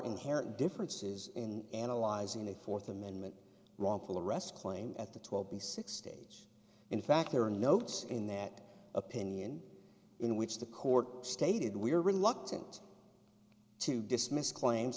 inherent differences in analyzing the fourth amendment wrongful arrest claim at the twelve b six stage in fact there are notes in that opinion in which the court stated we are reluctant to dismiss claims